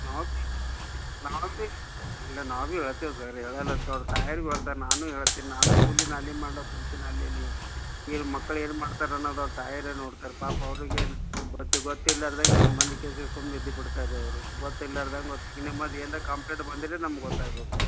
ನಾವು ಭೀ ನಾವು ಭೀ ಇಲ್ಲ ನಾವು ಭೀ ಹೇಳ್ತೆವ್ ಸರ್ ಹೇಳಲ್ಲ ಅಂತ ಅವ್ರ ತಾಯಿಯವ್ರು ಹೇಳ್ತಾರ್ ನಾನು ಹೇಳ್ತಿನ್ ನಾನು ಕೂಲಿ ನಾಲಿ ಮಾಡಕ್ಕೆ ಹೋತಿನ್ ಅಲ್ಲಿ ಇಲ್ಲಿ ಇಲ್ಲಿ ಮಕ್ಳು ಏನು ಮಾಡ್ತರೆ ಅನ್ನೋದು ಅವ್ರ ತಾಯಿಯವ್ರೇ ನೋಡ್ತಾರೆ ಪಾಪ ಅವ್ರಿಗೇನು ಅದು ಗೊತ್ತಿರ್ಲಾರ್ದಂಗ ಸುಮ್ನೆ ಇದು ಬಿಡ್ತಾರೆ ರೀ ಅವರು ಗೊತ್ತಿರ್ಲಾರ್ದಂಗ ಈಗ ನಿಮ್ಮದು ಏನ್ರ ಕಂಪ್ಲೇಂಟ್ ಬಂದಿದೆ ನಮ್ಗೆ ಗೊತ್ತಾಗಬೇಕು